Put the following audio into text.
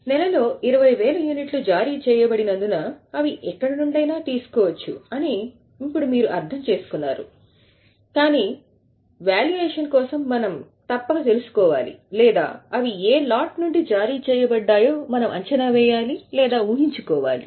నెలలో 20000 యూనిట్లు జారీ చేయబడినందున అవి ఏవైనా వాటి నుండి కావచ్చు అని ఇప్పుడు మీరు అర్థం చేసుకున్నారు కాని వాల్యుయేషన్ కోసం మనం తప్పక తెలుసుకోవాలి లేదా అవి ఏ లాట్ నుండి జారీ చేయబడుతున్నాయో మనం అంచనా వేయాలి లేదా ఊహించుకోవాలి